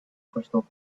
crystal